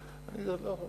הלאה.